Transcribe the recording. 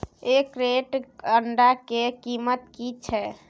एक क्रेट अंडा के कीमत की छै?